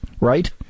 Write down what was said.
right